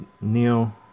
Neo